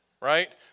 right